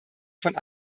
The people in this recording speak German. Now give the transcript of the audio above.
von